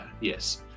yes